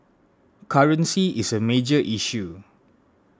currency is a major issue